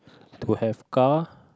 to have car